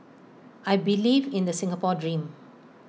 I believe in the Singapore dream